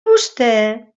vostè